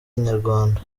inyarwanda